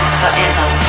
forever